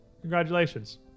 congratulations